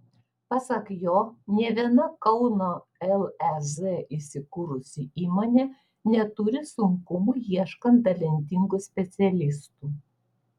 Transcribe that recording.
pasak jo nė viena kauno lez įsikūrusi įmonė neturi sunkumų ieškant talentingų specialistų